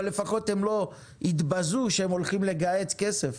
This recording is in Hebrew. אבל לפחות הם לא יתבזו שהם הולכים לגהץ כסף.